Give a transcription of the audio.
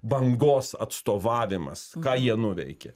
bangos atstovavimas ką jie nuveikė